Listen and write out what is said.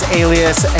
alias